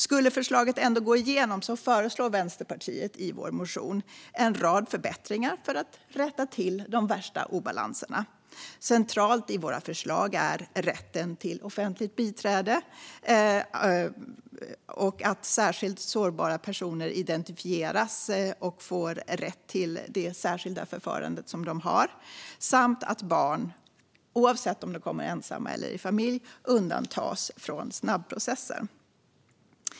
Skulle förslaget ändå gå igenom föreslår vi i Vänsterpartiet i vår motion en rad förbättringar för att rätta till de värsta obalanserna. Centralt i våra förslag är rätten till offentligt biträde, att särskilt sårbara personer identifieras och får rätt till det särskilda förfarandet samt att barn, oavsett om de kommer ensamma eller i familj, undantas från snabbprocessen.